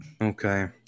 Okay